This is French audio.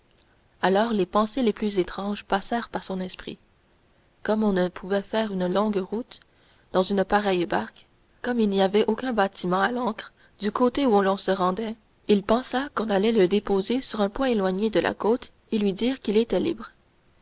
alors les pensées les plus étranges passèrent par son esprit comme on ne pouvait faire une longue route dans une pareille barque comme il n'y avait aucun bâtiment à l'ancre du côté où l'on se rendait il pensa qu'on allait le déposer sur un point éloigné de la côte et lui dire qu'il était libre